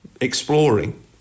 exploring